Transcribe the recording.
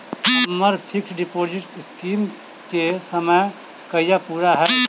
हम्मर fix deposit scheme केँ समय कहिया पूरा हैत?